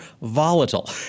volatile